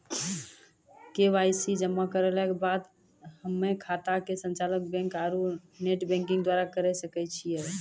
KYC जमा करला के बाद हम्मय खाता के संचालन बैक आरू नेटबैंकिंग द्वारा करे सकय छियै?